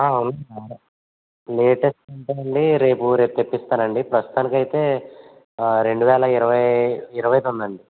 అవునండి లేటెస్ట్ అంటే రేపు రేప్ తెప్పిస్తానండి ప్రస్తుతానికి అయితే రెండు వేల ఇరవై ఇరవైది ఉందండి